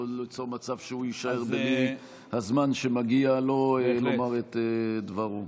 שלא ליצור מצב שהוא יישאר בלי הזמן שמגיע לו לומר את דברו.